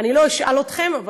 אני לא אשאל אתכם,